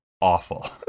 awful